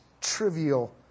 trivial